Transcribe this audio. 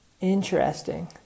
Interesting